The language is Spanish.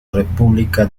república